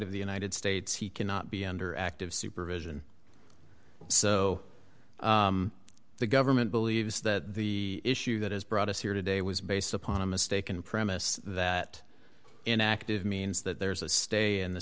of the united states he cannot be under active supervision so the government believes that the issue that has brought us here today was based upon a mistaken premise that in active means that there's a stay